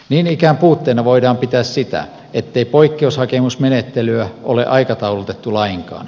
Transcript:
niin ikään puutteena voidaan pitää sitä ettei poikkeushakemusmenettelyä ole aikataulutettu lainkaan